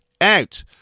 out